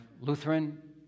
Lutheran